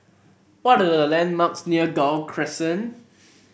what are the landmarks near Gul Crescent